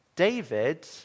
David